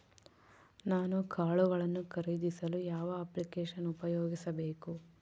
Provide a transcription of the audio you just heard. ನಾನು ಕಾಳುಗಳನ್ನು ಖರೇದಿಸಲು ಯಾವ ಅಪ್ಲಿಕೇಶನ್ ಉಪಯೋಗಿಸಬೇಕು?